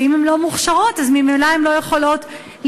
ואם הן לא מוכשרות אז ממילא הן לא יכולות להתקבל.